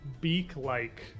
beak-like